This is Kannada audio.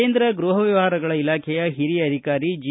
ಕೇಂದ್ರ ಗೃಹ ವ್ಯವಹಾರಗಳ ಇಲಾಖೆಯ ಹಿರಿಯ ಅಧಿಕಾರಿ ಜಿ